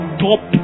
top